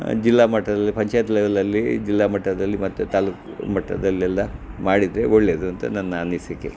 ಜಿಲ್ಲಾ ಮಟ್ಟದಲ್ಲಿ ಪಂಚಾಯ್ತಿ ಲೆವಲಲ್ಲಿ ಜಿಲ್ಲಾ ಮಟ್ಟದಲ್ಲಿ ಮತ್ತು ತಾಲ್ಲೂಕು ಮಟ್ಟದಲ್ಲೆಲ್ಲ ಮಾಡಿದರೆ ಒಳ್ಳೆಯದು ಅಂತ ನನ್ನ ಅನಿಸಿಕೆ